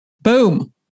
Boom